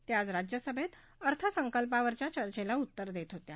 त्या आज राज्यसभेत अर्थसंकल्पावरच्या चर्चेला उत्तर देत होत्या